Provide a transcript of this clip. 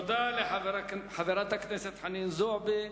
תודה לחברת הכנסת חנין זועבי.